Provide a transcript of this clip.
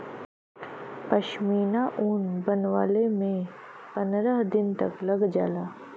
पश्मीना ऊन बनवले में पनरह दिन तक लग जाला